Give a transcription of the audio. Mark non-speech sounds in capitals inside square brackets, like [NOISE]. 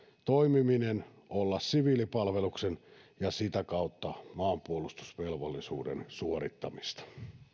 toimiminen olla siviilipalveluksen [UNINTELLIGIBLE] [UNINTELLIGIBLE] ja sitä kautta maanpuolustusvelvollisuuden suorittamista